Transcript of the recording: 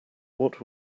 what